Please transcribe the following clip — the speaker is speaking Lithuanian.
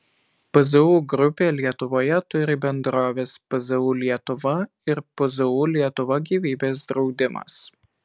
pzu grupė lietuvoje turi bendroves pzu lietuva ir pzu lietuva gyvybės draudimas